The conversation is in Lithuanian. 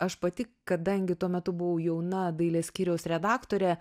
aš pati kadangi tuo metu buvau jauna dailės skyriaus redaktorė